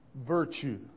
virtue